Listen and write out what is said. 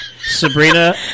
Sabrina